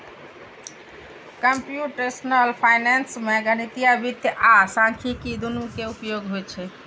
computational finance मे गणितीय वित्त आ सांख्यिकी, दुनू के उपयोग होइ छै